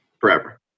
forever